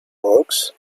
rocks